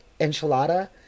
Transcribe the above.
enchilada